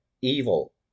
evil